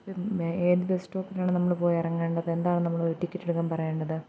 പിന്നെ ഏതു ബസ്സ് സ്റ്റോപ്പിലാണ് നമ്മൾ പോയി ഇറങ്ങേണ്ടത് എന്താ നമ്മൾ ടിക്കറ്റ് എടുക്കാൻ പറയേണ്ടത്